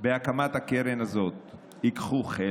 ייקחו חלק בהקמת הקרן הזאת וישלמו.